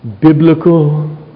Biblical